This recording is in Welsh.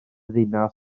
ddinas